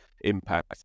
impact